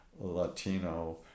Latino